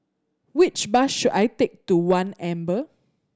which bus should I take to One Amber